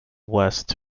west